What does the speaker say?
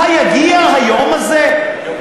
היגיע היום הזה?